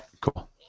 Cool